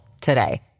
today